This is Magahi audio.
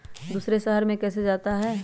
दूसरे शहर मे कैसे जाता?